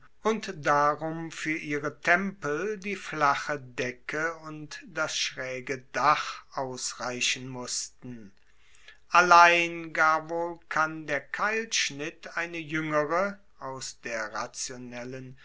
und darum fuer ihre tempel die flache decke und das schraege dach ausreichen mussten allein gar wohl kann der keilschnitt eine juengere aus der rationellen